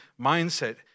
mindset